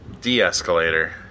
De-escalator